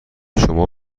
شما